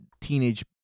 teenage